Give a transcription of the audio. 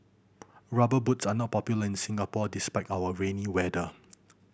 Rubber Boots are not popular in Singapore despite our rainy weather